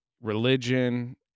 religion